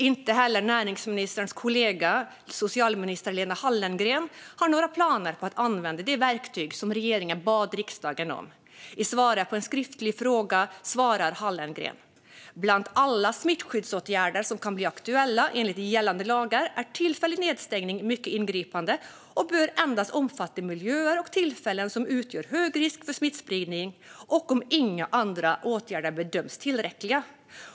Inte heller har näringsministerns kollega socialminister Lena Hallengren några planer på att använda de verktyg som regeringen bad riksdagen om. I svaret på en skriftlig fråga svarar Hallengren: "Bland alla smittskyddsåtgärder som kan bli aktuella enligt gällande lagar är tillfällig nedstängning mycket ingripande och bör endast omfatta miljöer och tillfällen som utgör hög risk för smittspridning och om inga andra åtgärder bedöms tillräckliga.